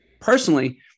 personally